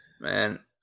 Man